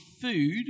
food